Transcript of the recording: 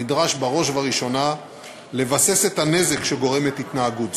נדרש בראש ובראשונה לבסס את הנזק שגורמת התנהגות זו.